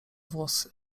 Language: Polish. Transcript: włosy